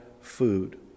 food